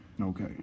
Okay